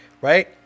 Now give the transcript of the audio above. right